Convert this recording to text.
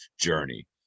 journey